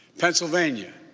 pennsylvania,